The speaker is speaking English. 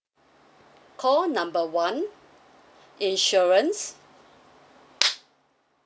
call number one insurance